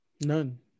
None